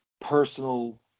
personal